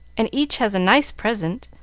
and each has a nice present.